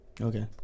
Okay